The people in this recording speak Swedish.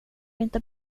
inte